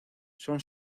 son